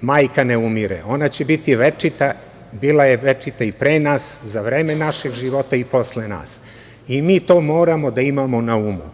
majka ne umire, ona će biti večita, bila je večita i pre nas, za vreme naših života i posle nas, i mi to moramo da imamo na umu.